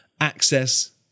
access